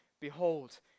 behold